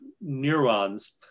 neurons